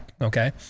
okay